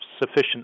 sufficient